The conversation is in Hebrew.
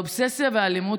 האובססיה והאלימות,